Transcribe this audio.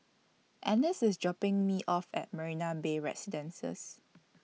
Annice IS dropping Me off At Marina Bay Residences